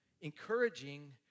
encouraging